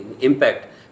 impact